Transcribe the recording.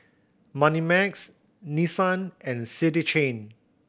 Moneymax Nissan and City Chain